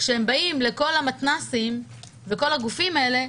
כשהם באים למתנ"סים ולכל הגופים האלה,